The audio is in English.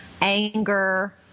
anger